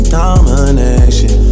domination